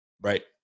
Right